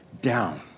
down